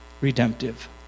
redemptive